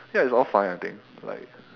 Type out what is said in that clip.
ya it's all fine I think like